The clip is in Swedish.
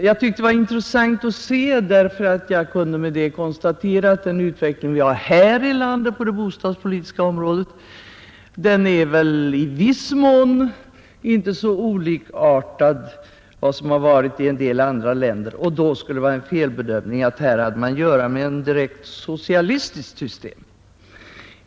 Jag tyckte att detta var intressant, ty jag kunde därmed konstatera att den utveckling vi har här i landet på det bostadspolitiska området i viss mån inte är så olikartad den i en del andra länder; det skulle då vara en felbedömning att vår situation skulle bero på att vi här har ett direkt socialistiskt system.